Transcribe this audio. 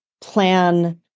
plan